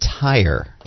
tire